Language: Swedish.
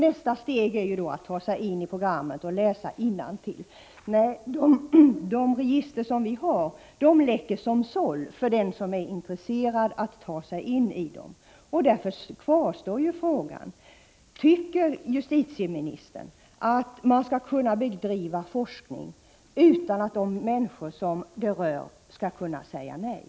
Nästa steg är att ta sig in i registret och läsa innantill. Nej, de register som vi har läcker som såll och är tillgängliga för den som är intresserad av dem. Därför kvarstår frågan alltjämt: Tycker justitieministern att man skall kunna bedriva forskning utan att de människor som berörs kan säga nej?